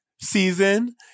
season